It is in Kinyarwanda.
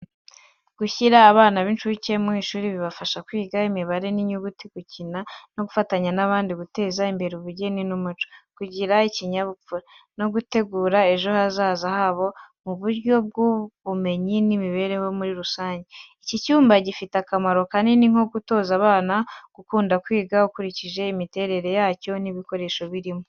Gushyira abana b’incuke mu ishuri bibafasha kwiga imibare n’inyuguti, gukina no gufatanya n’abandi, guteza imbere ubugeni n’umuco, kugira ikinyabupfura, no gutegura ejo hazaza habo mu buryo bw’ubumenyi n’imibereho muri rusange. Iki cyumba gifite akamaro kanini nko gutoza abana gukunda kwiga ukurikije imitere yacyo n'ibikoresho birimo.